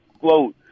float